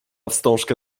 wstążkę